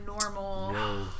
normal